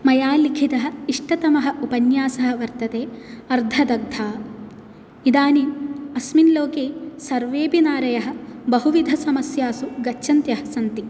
मया लिखित इष्टतमः उपन्यासः वर्तते अर्धदग्धा इदानीम् अस्मिन् लोके सर्वेऽपि नारयः बहुविधसमस्यासु गच्छन्त्यः सन्ति